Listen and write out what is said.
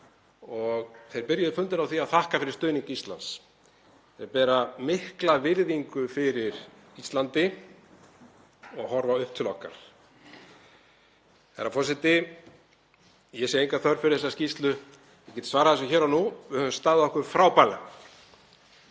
og þeir byrjuðu fundinn á því að þakka fyrir stuðning Íslands. Þeir bera mikla virðingu fyrir Íslandi og horfa upp til okkar. Herra forseti. Ég sé enga þörf fyrir þessa skýrslu. Ég get svarað þessu hér og nú: Við höfum staðið okkur frábærlega.